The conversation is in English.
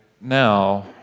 now